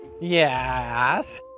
Yes